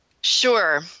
Sure